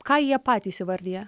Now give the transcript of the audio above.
ką jie patys įvardija